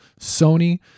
Sony